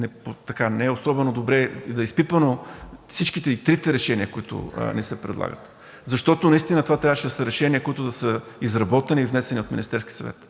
не особено добре да са изпипани всичките, и трите решения, които ни се предлагат, защото наистина това трябваше да са решения, които да са изработени и внесени от Министерския съвет,